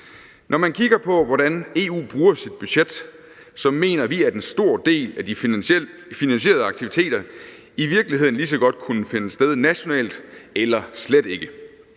Når man kigger på, hvordan EU bruger sit budget, mener vi, at en stor del af de finansierede aktiviteter i virkeligheden lige så godt kunne finde sted nationalt eller slet ikke.